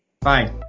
Bye